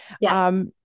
Yes